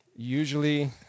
Usually